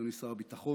אדוני שר הביטחון,